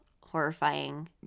horrifying